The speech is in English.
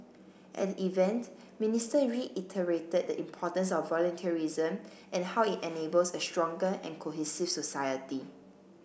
at the event Minister reiterated the importance of volunteerism and how it enables a stronger and cohesive society